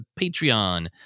Patreon